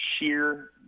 sheer